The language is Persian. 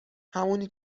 همونی